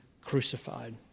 crucified